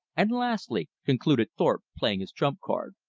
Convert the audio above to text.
and, lastly, concluded thorpe, playing his trump card,